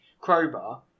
crowbar